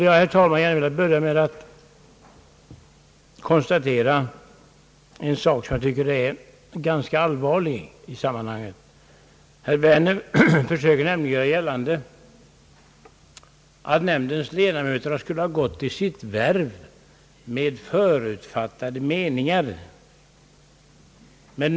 Jag vill sedan, herr talman, konstatera en sak som jag tycker är allvarlig i detta sammanhang. Herr Werner försökte nämligen göra gällande att nämndens ledamöter skulle ha gått till sitt värv »med förutfattade meningar».